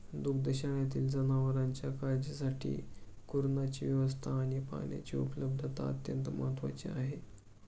दुग्धशाळेतील जनावरांच्या काळजीसाठी कुरणाची व्यवस्था आणि पाण्याची उपलब्धता अत्यंत महत्त्वाची आहे